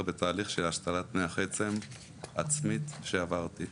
בתהליך של השתלת מח עצם עצמית שעברתי.